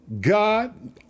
God